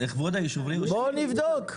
בואו נבדוק.